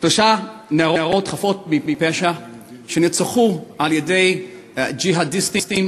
שלוש נערות חפות מפשע שנרצחו על-ידי ג'יהאדיסטים,